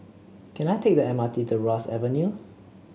can I take the M R T to Ross Avenue